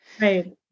Right